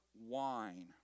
wine